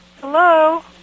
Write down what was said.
Hello